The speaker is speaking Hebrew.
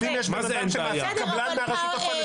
אבל אם יש בן אדם שמעסיק קבלן מהרשות הפלסטינית?